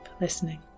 listening